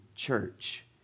church